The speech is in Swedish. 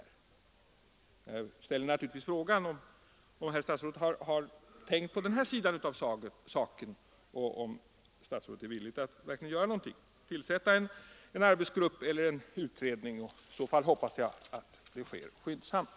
Jag ställer naturligtvis frågan om herr statsrådet har tänkt på den här sidan av saken och om han är villig att tillsätta en arbetsgrupp eller en utredning. I så fall hoppas jag att det sker skyndsamt.